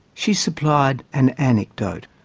she supplied an anecdote.